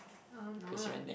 uh no lah